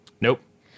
Nope